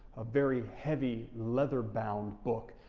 a very heavy leather bound book.